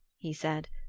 he said,